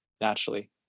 naturally